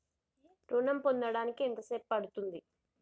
ఋణం పొందడానికి ఎంత సేపు పడ్తుంది?